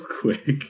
quick